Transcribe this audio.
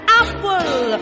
apple